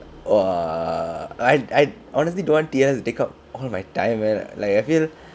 !wah! I I honestly don't want T_S_L to take up all my time leh I feel